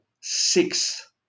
six